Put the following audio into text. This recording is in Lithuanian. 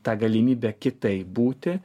tą galimybę kitaip būti